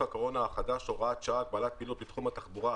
הקורונה החדש (הוראת שעה) (הגבלת פעילות בתחום התחבורה),